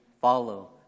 follow